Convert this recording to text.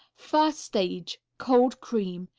first stage. cold cream.